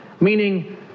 Meaning